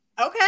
okay